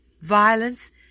violence